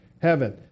Heaven